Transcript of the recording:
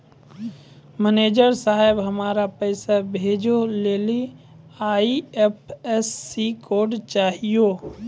manager साहब, हमरा पैसा भेजै लेली आई.एफ.एस.सी कोड चाहियो